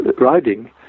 riding